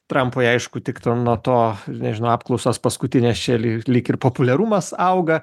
tampa aišku tik nuo to nežinau apklausas paskutinės čia ly lyg ir populiarumas auga